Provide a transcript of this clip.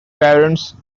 parents